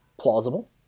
plausible